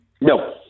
No